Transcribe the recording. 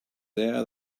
there